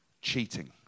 Cheating